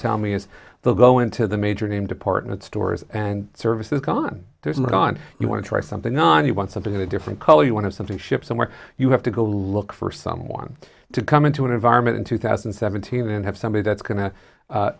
tell me is they'll go into the major name department stores and service is gone there isn't on you want to try something on you want something of a different color you want to something ship somewhere you have to go look for someone to come into an environment in two thousand and seventeen and have somebody that's go